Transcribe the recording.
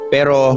Pero